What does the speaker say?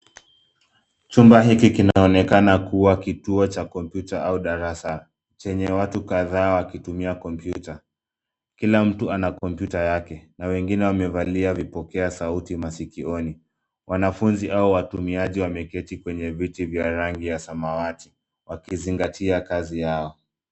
Chumba hiki kinaonekana kuwa kituo cha kompyuta au darasa chenye watu kadhaa wakitumia kompyuta. Kila mtu ana kompyuta yake na wengine wamevalia vipokea sauti masikioni. Wanafunzi hao watumiaji wameketi kwenye viti vya rangi ya samawati wakizingatia kazi yao.